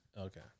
Okay